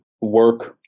Work